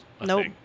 Nope